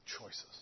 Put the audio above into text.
choices